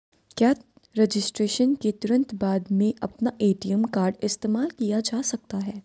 क्या रजिस्ट्रेशन के तुरंत बाद में अपना ए.टी.एम कार्ड इस्तेमाल किया जा सकता है?